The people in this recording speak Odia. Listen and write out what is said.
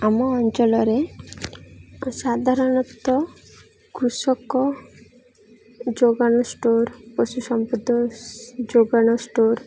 ଆମ ଅଞ୍ଚଳରେ ସାଧାରଣତଃ କୃଷକ ଯୋଗାଣ ଷ୍ଟୋର୍ ପଶୁ ସମ୍ପଦ ଯୋଗାଣ ଷ୍ଟୋର୍